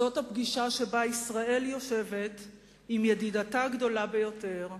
זאת הפגישה שבה ישראל יושבת עם ידידתה הגדולה ביותר,